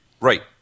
Right